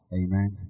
amen